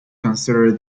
consider